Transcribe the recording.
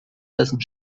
dessen